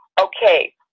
Okay